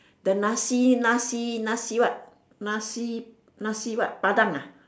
the nasi nasi nasi what nasi what nasi-padang ah